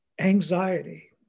anxiety